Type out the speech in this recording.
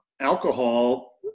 Alcohol